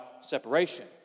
separation